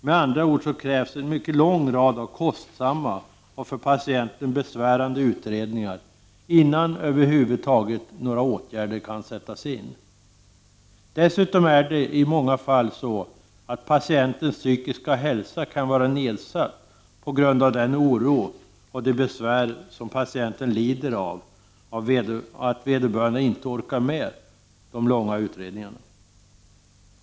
Med andra ord krävs en mycket lång rad kostsamma och för patienten besvärande utredningar innan några åtgärder över huvud taget kan sättas in. Dessutom är i många fall patientens psykiska hälsa så nedsatt — på grund av den oro och de besvär som patienten lider av — att vederbörande inte orkar med de långa utredningarna.